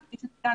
וכפי שצוין,